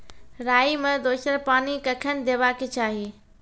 राई मे दोसर पानी कखेन देबा के चाहि?